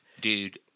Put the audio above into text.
Dude